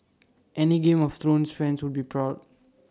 any game of thrones fans would be proud